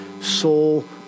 soul